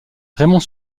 raymond